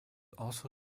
also